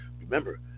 Remember